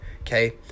okay